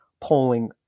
polling